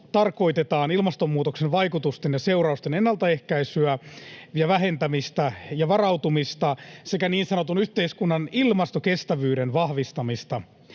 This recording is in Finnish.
tarkoitetaan ilmastonmuutoksen vaikutusten ja seurausten ennaltaehkäisyä ja vähentämistä ja niihin varautumista sekä niin sanotun yhteiskunnan ilmastokestävyyden vahvistamista.